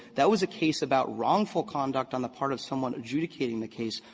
that was a case about wrongful conduct on the part of someone adjudicating the case,